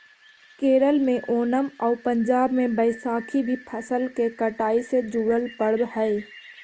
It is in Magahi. केरल में ओनम आउ पंजाब में बैसाखी भी फसल के कटाई से जुड़ल पर्व हइ